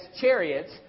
chariots